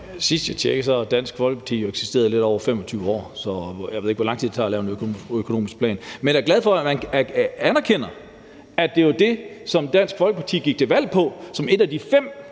Sidst jeg tjekkede, havde Dansk Folkeparti eksisteret i lidt over 25 år, så jeg ved ikke, hvor lang tid det tager at lave en økonomisk plan. Men jeg er glad for, at man anerkender, at det var det, som Dansk Folkeparti gik til valg på som et af de fem